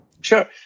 Sure